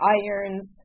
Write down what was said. irons